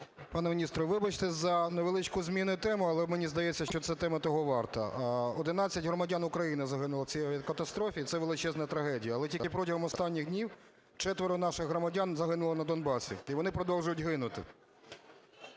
Пане міністр, вибачте за невеличку зміну теми, але мені здається, що ця тема того варта. 11 громадян України загинули в цій авіакатастрофі, це величезна трагедія, але тільки протягом останніх днів четверо наших громадян загинули на Донбасі, і вони продовжують гинути.